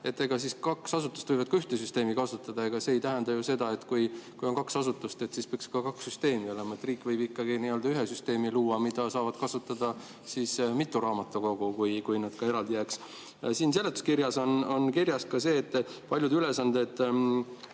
aru, et kaks asutust võivad ka ühte süsteemi kasutada, ega see ei tähenda ju seda, et kui on kaks asutust, siis peaks kaks süsteemi olema, riik võib ikkagi ühe süsteemi luua, mida saavad kasutada mitu raamatukogu, kui nad ka eraldi jääksid. Seletuskirjas on kirjas ka see, et paljud ülesanded